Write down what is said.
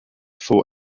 for